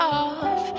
off